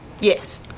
Yes